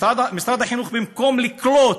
משרד החינוך, במקום לקלוט